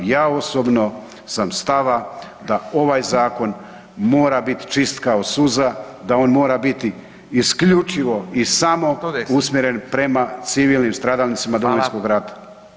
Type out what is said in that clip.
Ja osobno sam stava da ovaj zakon mora bit čist kao suza, da on mora biti isključivo i samo usmjeren prema civilnim stradalnicima Domovinskog rata.